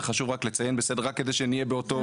זה חשוב רק לציין כדי שנהיה באותו.